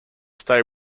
stay